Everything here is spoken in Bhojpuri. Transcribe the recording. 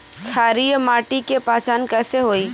क्षारीय माटी के पहचान कैसे होई?